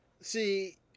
See